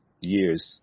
years